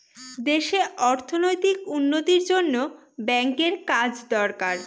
দেশে অর্থনৈতিক উন্নতির জন্য ব্যাঙ্কের কাজ দরকার